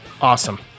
Awesome